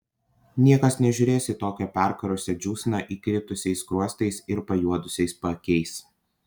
niekas nežiūrės į tokią perkarusią džiūsną įkritusiais skruostais ir pajuodusiais paakiais